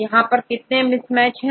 यहां पर कितने मिसमैच हैं